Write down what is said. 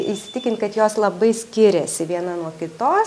įsitikinti kad jos labai skiriasi viena nuo kitos